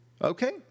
Okay